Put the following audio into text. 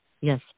yes